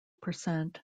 percent